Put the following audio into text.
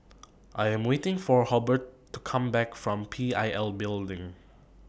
I Am waiting For Hobert to Come Back from PIL Building